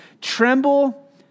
tremble